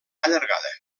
allargada